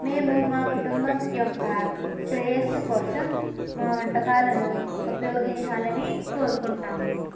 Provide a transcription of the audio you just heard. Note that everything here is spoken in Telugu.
మేము మా కుటుంబం యొక్క శ్రేయస్సు కోసం మా వంటకాలను ఉపయోగించాలని కోరుకుంటాము